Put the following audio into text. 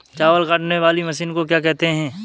चावल काटने वाली मशीन को क्या कहते हैं?